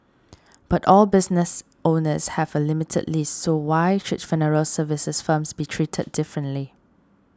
but all business owners have a limited lease so why should funeral services firms be treated differently